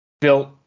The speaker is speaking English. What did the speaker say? built